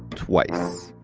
twice.